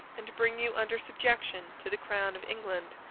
and bring you under subjection to the crown of england,